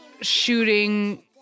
shooting